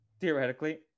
Theoretically